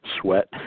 sweat